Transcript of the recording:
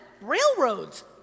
railroads